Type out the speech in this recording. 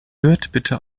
bitte